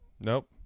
Nope